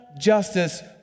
justice